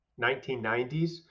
1990s